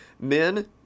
Men